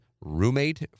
roommate